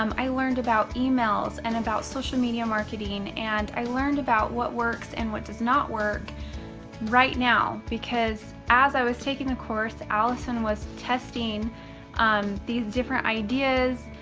um i learned about emails, and about social media marketing, and i learned about what works and does not work right now. because as i was taking the course, alison was testing um these different ideas,